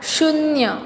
शुन्य